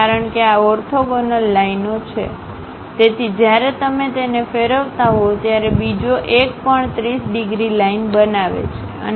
કારણ કે આ ઓર્થોગોનલ લાઇનો છે તેથી જ્યારે તમે તેને ફેરવતા હો ત્યારે બીજો એક પણ 30 ડિગ્રી લાઇન બનાવે છે